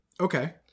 Okay